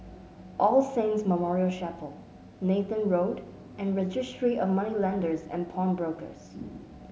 All Saints Memorial Chapel Nathan Road and Registry of Moneylenders and Pawnbrokers